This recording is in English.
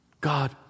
God